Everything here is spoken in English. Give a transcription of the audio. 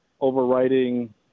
overriding –